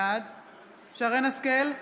בעד שרן מרים השכל,